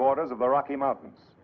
borders of the rocky mountains